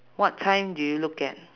what time do you look at